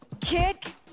Kick